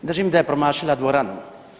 Držim da je promašila dvoranu.